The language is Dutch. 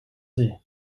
zee